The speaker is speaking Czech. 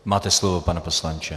Máte slovo, pane poslanče.